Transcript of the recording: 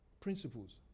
principles